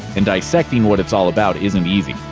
and dissecting what it's all about isn't easy.